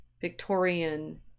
Victorian